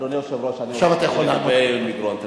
אדוני היושב-ראש, אני רוצה, לגבי מגרון.